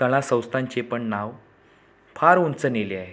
कला संस्थांचे पण नाव फार उंच नेले आहे